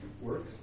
Works